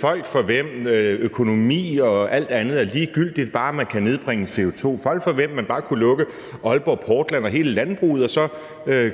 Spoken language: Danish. folk, for hvem økonomi og alt andet er ligegyldigt, bare man kan nedbringe CO2-udslippet, folk, for hvem man bare kunne lukke Aalborg Portland og hele landbruget og så